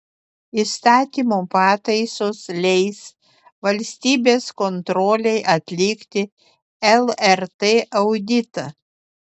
įstatymo pataisos leis valstybės kontrolei atlikti lrt auditą